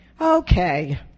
okay